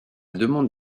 demande